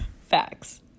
Facts